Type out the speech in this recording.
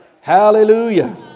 Hallelujah